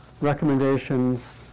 recommendations